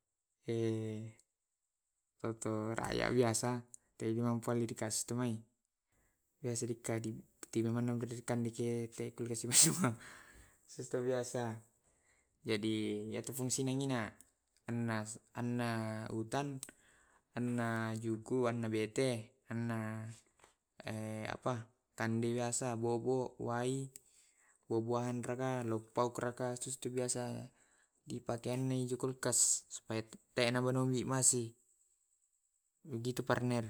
engka to anu kualli biasa tegana kualli sue to biasa iya de fungsinya inie. Anna utan, anna juku, anna bete, anna kande biasa bobo, wai raka. pao raka custu biasa dipakean juku supaya dena na bungi masi kitu parana